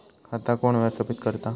खाता कोण व्यवस्थापित करता?